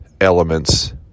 elements